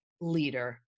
leader